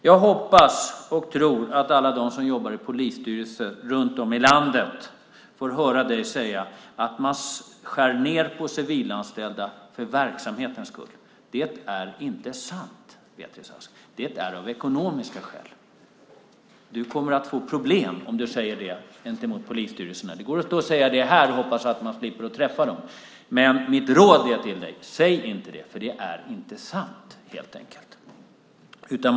Jag hoppas och tror att alla de som jobbar i polisstyrelser runt om i landet får höra dig säga att man skär ned på antalet civilanställda för verksamhetens skull. Det är inte sant, Beatrice Ask. Det är av ekonomiska skäl. Du kommer att få problem om du säger det gentemot polisstyrelserna. Det går inte att säga det här och hoppas att man slipper träffa dem. Mitt råd till dig är: Säg inte det, för det är helt enkelt inte sant.